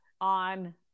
on